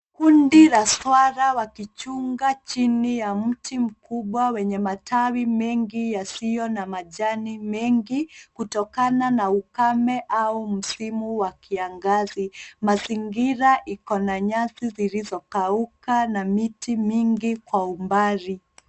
Kundi la swara wakichunga chini ya mti mkubwa wenye matawi mengi yasiyo na majani mengi kutokana na ukame au msimu wa kiangazi. Mazingira iko na nyasi zilizo kauka na miti mingi kwa umbali.